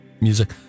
music